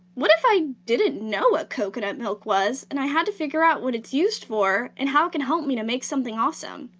what if i didn't know what coconut milk was, and i had to figure out what it's used for and how it can help me to make something awesome?